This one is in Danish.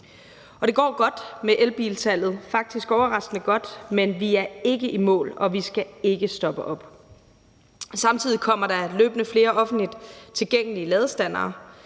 det går godt med elbilsalget; faktisk overraskende godt, men vi er ikke i mål, og vi skal ikke stoppe op. Samtidig kommer der løbende flere offentligt tilgængelige ladestandere.